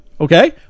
Okay